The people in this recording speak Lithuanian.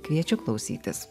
kviečiu klausytis